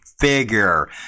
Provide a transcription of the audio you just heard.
Figure